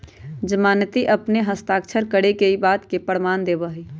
जमानती अपन हस्ताक्षर करके ई बात के प्रमाण देवा हई